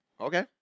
Okay